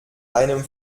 einem